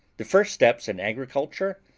the first steps in agriculture,